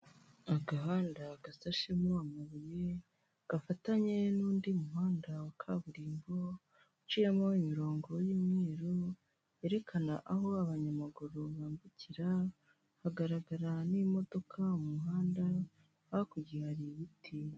Agahanda gasashemo amabuye gafatanye n'undi muhanda wa kaburimbo, uciyemo imirongo y'umweru yerekana aho abanyamaguru bambukira, hagaragara n'imodoka mu muhanda hakurya hari ibiti.